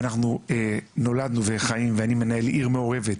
ואנחנו נולדנו וחיים ואני מנהל עיר מעורבת,